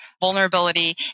vulnerability